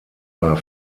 war